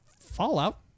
Fallout